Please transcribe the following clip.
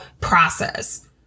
process